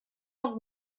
auch